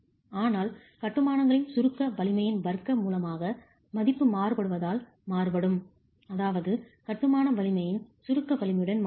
ஆனால் கட்டுமானங்களின் சுருக்க வலிமையின் வர்க்க மூலமாக மதிப்பு மாறுபடுவதால் மாறுபடும் அதாவது கட்டுமான வலிமையின் சுருக்க வலிமையுடன் மாறுபடும்